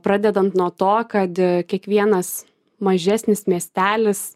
pradedant nuo to kad kiekvienas mažesnis miestelis